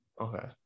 Okay